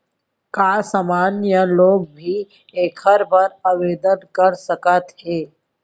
का सामान्य लोग भी एखर बर आवदेन कर सकत हे?